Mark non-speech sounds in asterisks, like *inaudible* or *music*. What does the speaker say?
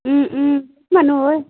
*unintelligible*